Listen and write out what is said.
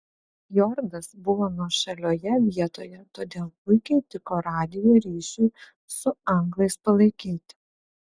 fjordas buvo nuošalioje vietoje todėl puikiai tiko radijo ryšiui su anglais palaikyti